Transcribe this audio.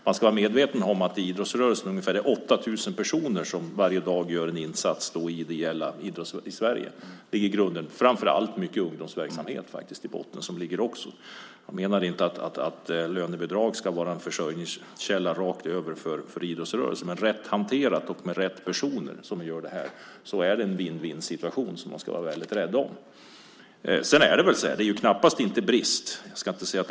Man ska vara medveten om att det i idrottsrörelsen i Sverige varje dag är ungefär 8 000 personer som gör en sådan här ideell insats. Framför allt handlar det om ungdomsverksamhet. Nu menar jag inte att lönebidrag ska vara en försörjningskälla för idrottsrörelsen, men om man hanterar det rätt och anställer rätt personer är det en vinna-vinna-situation som man bör vara rädd om.